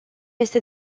este